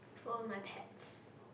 for my pets